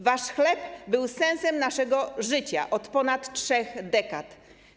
Wasz chleb był sensem naszego życia od ponad trzech dekad.